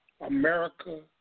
America